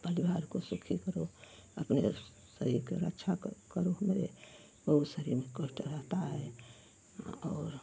परिवार को सुखी करो अपने शरीर के रक्षा करो हमरे बहुत शरीर में कष्ट रहता है हाँ और